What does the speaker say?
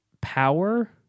power